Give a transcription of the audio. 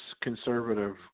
conservative